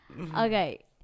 Okay